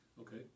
Okay